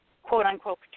quote-unquote